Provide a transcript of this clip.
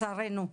לצערנו.